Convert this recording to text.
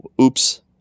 oops